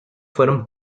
fueron